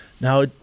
Now